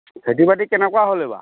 খেতি বাতি কেনেকুৱা হ'ল এইবাৰ